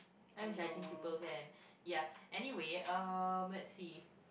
I am judging people again ya anyway um let's see